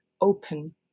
open